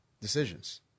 decisions